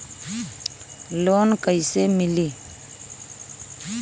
Loan कइसे मिलि?